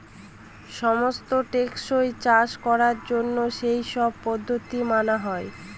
সমস্ত টেকসই চাষ করার জন্য সেই সব পদ্ধতি মানা হয়